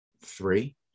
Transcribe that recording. Three